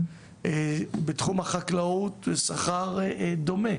בתחום החקלאות שכר דומה,